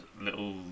little